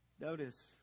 Notice